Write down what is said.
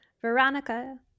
veronica